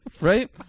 Right